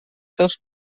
seus